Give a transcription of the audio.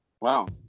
Wow